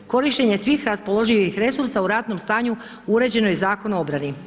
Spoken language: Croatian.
Korištenje svih raspoloživih resursa u ratnom stanju uređeno je Zakonom o obrani.